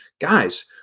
guys